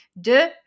De